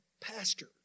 pastor